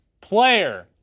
Player